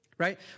Right